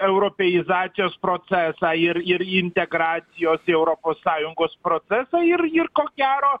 europeizacijos procesą ir ir integracijos į europos sąjungos procesą ir ir ko gero